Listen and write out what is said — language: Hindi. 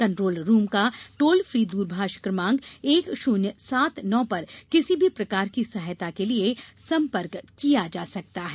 कंट्रोल रूम का टोल फ्री दूरभाष कमांक एक शून्य सात नौ पर किसी भी प्रकार की सहायता के लिये सम्पर्क किया जा सकता है